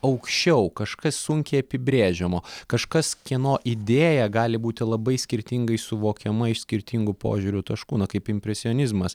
aukščiau kažkas sunkiai apibrėžiamo kažkas kieno idėja gali būti labai skirtingai suvokiama iš skirtingų požiūrių taškų na kaip impresionizmas